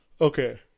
Okay